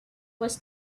was